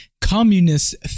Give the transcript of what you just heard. communist